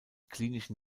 klinischen